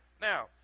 Now